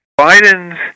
Biden's